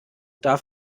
darf